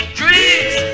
dreams